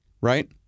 right